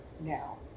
now